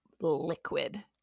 liquid